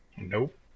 Nope